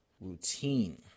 routine